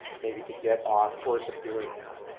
maybe to get off course of doing that.